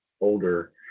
older